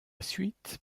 suite